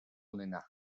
onena